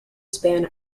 span